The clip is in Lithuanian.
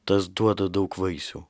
tas duoda daug vaisių